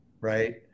Right